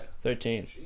Thirteen